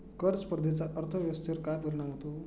कर स्पर्धेचा अर्थव्यवस्थेवर काय परिणाम होतो?